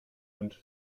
und